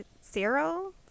Cyril